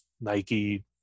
Nike